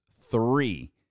three